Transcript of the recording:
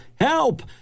Help